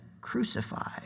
crucified